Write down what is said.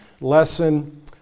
lesson